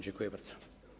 Dziękuję bardzo.